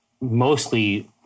mostly